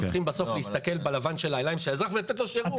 אנחנו צריכים בסוף להסתכל בלבן של העיניים של האזרח ולתת לו שירות.